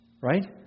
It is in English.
Right